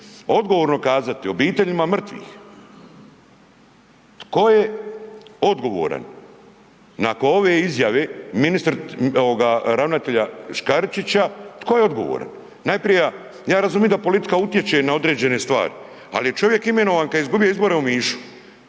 odgovorno kazati obiteljima mrtvih tko je odgovoran nakon ove izjave ravnatelja Škaričića, tko je odgovoran? Najprija, ja razumijem da politika utječe na određene stvari, ali čovjek je imenovan kad je izgubio izbore u Omišu,